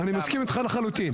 אני מסכים איתך לחלוטין.